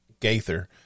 Gaither